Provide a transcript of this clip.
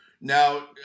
Now